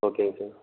ஓகேங்க சார்